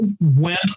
went